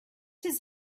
his